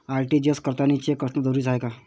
RTGS करतांनी cheque असनं जरुरीच हाय का?